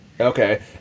Okay